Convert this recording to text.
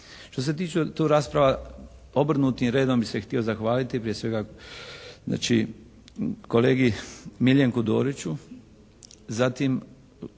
Što se tiče tu rasprava obrnutim redom bih se htio zahvaliti prije svega znači kolegi Miljenku Doriću, zatim